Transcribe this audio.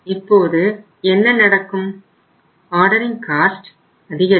இப்போது என்ன நடக்கும் ஆர்டரிங் காஸ்ட் அதிகரிக்கும்